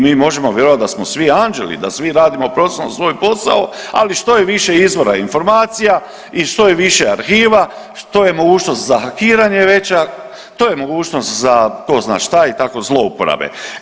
Mi možemo vjerovati da smo svi anđeli, da svi radimo profesionalno svoj posao, ali što je više izvora informacija i što je više arhiva to je mogućnost za hakiranje veća, to je mogućnost za tko zna šta i tako zlouporabe.